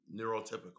neurotypical